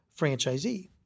franchisee